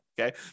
Okay